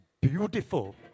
beautiful